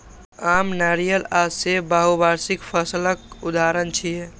आम, नारियल आ सेब बहुवार्षिक फसलक उदाहरण छियै